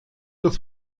das